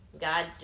God